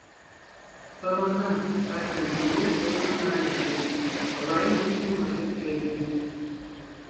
paroda sakanti ne eutanazijai palaiminti mažutėliai